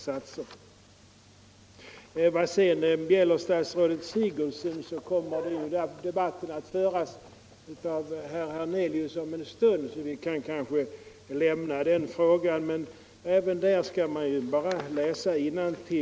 Frågan om anmärkning mot statsrådet Sigurdsen kommer att tas upp av herr Hernelius om en stund, så vi kan kanske lämna den. Men även på den punkten skall man bara läsa innantill.